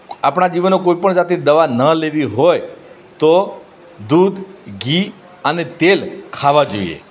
આપણાં જીવન કોઈ પણ જાતની દવા ન લેવી હોય તો દૂધ ઘી અને તેલ ખાવા જોઈએ